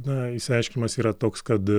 na išsiaiškinimas yra toks kad